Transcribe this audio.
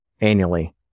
annually